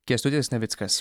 kęstutis navickas